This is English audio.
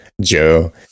Joe